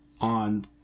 on